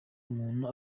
umuntu